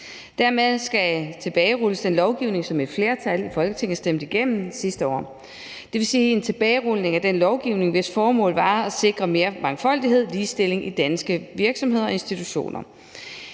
Dermed skal den lovgivning, som et flertal i Folketinget stemte igennem sidste år, tilbagerulles. Det er en tilbagerulning af den lovgivning, hvis formål var at sikre mere mangfoldighed og ligestilling i danske virksomheder og institutioner.